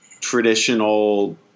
traditional